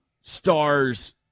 stars